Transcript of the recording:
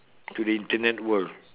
to the Internet world